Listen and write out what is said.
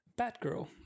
Batgirl